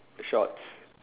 shorts